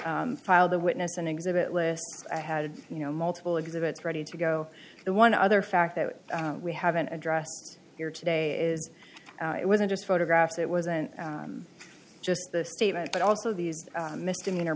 filed the witness and exhibit lists i had you know multiple exhibits ready to go and one other fact that we haven't addressed here today is it wasn't just photographs it wasn't just the statement but also these misdemeanor